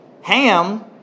Ham